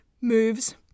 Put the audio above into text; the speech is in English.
moves